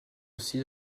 aussi